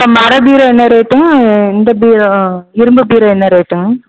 இப்போ மர பீரோ என்ன ரேட்டுங்க இந்த பீரோ இரும்பு பீரோ என்ன ரேட்டுங்க